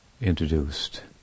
introduced